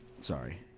Sorry